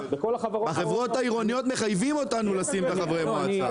החברות העירוניות מחייבים אותנו לשים את חברי המועצה.